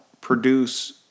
produce